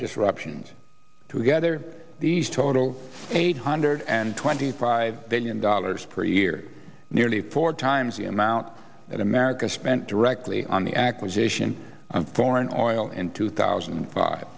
disruptions together these total eight hundred and twenty five billion dollars per year nearly four times the amount that america spent directly on the acquisition of foreign oil in two thousand and five